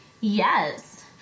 Yes